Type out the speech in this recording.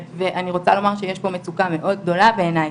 ואני רוצה לומר שיש פה מצוקה מאוד גדולה בעיניי.